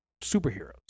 superheroes